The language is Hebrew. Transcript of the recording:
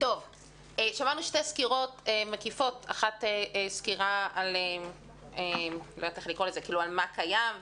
שמענו שתי סקירות מקיפות אחת סקירה על מה קיים,